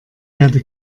werde